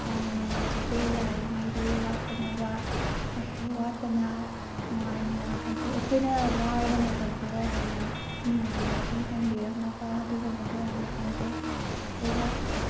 ꯌꯥꯝꯅ ꯅꯨꯡꯉꯥꯏꯖꯗꯦ ꯌꯥꯔꯤꯉꯩꯗꯤ ꯋꯥꯠꯇꯅꯕ ꯋꯥꯠꯇꯅ ꯅꯨꯡꯉꯥꯏꯅ ꯍꯥꯏꯗꯤ ꯑꯩꯈꯣꯏꯅ ꯋꯥꯔꯕ ꯃꯇꯝꯗꯨꯗ ꯌꯥꯝꯅ ꯅꯨꯡꯉꯥꯏꯅ ꯃꯇꯦꯡ ꯄꯥꯡꯕꯤꯔꯛꯅꯕ ꯑꯗꯨꯒꯨꯝꯕꯗꯣ ꯌꯥꯝꯅ ꯄꯥꯝꯖꯩ ꯑꯗꯨꯒ